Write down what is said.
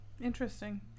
Interesting